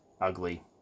ugly